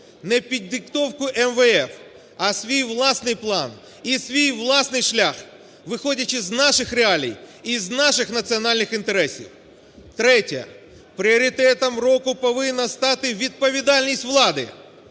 не під диктовку МВФ, а свій власний план і свій власний шлях, виходячи з наших реалій і з наших національних інтересів. Третє. Пріоритетом року повинна стати відповідальність влади